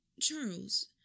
Charles